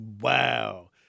Wow